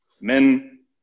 men